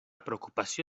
preocupació